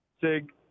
SIG